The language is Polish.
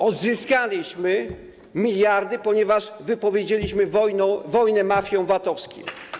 Odzyskaliśmy miliardy, ponieważ wypowiedzieliśmy wojnę mafiom VAT-owskim.